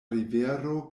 rivero